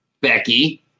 Becky